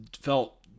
felt